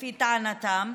לפי טענתם,